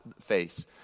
face